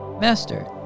Master